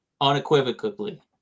unequivocally